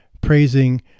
praising